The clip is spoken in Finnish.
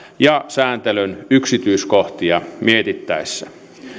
ja sääntelyn yksityiskohtia mietittäessä